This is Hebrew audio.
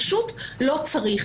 פשוט לא צריך.